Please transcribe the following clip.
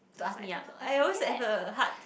to ask me ah I always have a heart